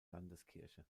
landeskirche